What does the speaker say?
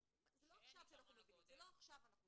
זה לא עכשיו אנחנו מבינים,